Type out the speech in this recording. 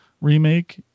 remake